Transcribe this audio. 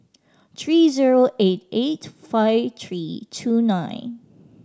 three zero eight eight five three two nine